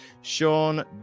Sean